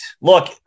Look